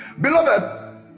Beloved